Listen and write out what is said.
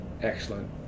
excellent